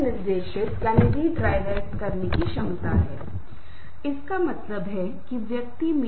इसलिए सिंटैक्टिक चयन के लिए खतरे का चिंताजनक प्रभाव है शत्रुतापूर्ण मजाक और व्यंग्यात्मक टिप्पणी वगैरह इन बातों से भी बचना चाहिए